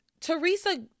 Teresa